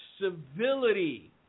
civility